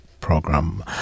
program